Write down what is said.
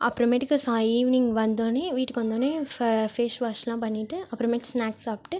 அப்புறமேட்டுக்கு சாய் ஈவ்னிங் வந்தோடனே வீட்டுக்கு வந்தோடனே ஃப ஃபேஸ் வாஷெலாம் பண்ணிவிட்டு அப்புறமேட்டு ஸ்னாக்ஸ் சாப்பிட்டு